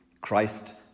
Christ